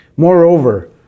Moreover